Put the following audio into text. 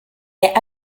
est